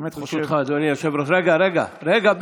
אני חושב, ברשותך, רגע, רגע, רגע,